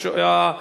לא,